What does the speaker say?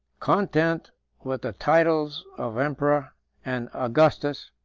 content with the titles of emperor and augustus,